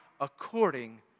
according